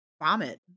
vomit